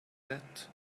met